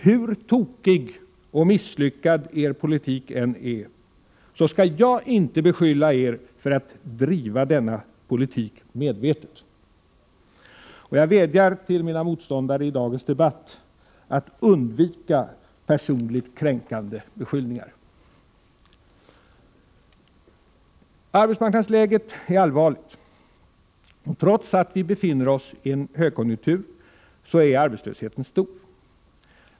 Hur tokig och misslyckad er politik än är skall jag inte beskylla er för att driva den politiken medvetet. Jag vädjar till mina motståndare i dagens debatt att undvika personligt kränkande beskyllningar. Arbetsmarknadsläget är allvarligt. Trots att vi befinner oss i en högkonjunktur är arbetslösheten stor.